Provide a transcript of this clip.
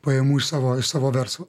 pajamų iš savo iš savo verslo